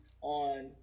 on